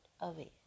away